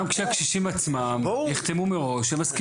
גם שהקשישים עצמם יחתמו מראש על מסמך